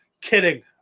Kidding